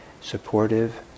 supportive